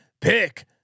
pick